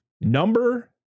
Number